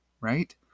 right